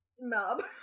Mob